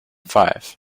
five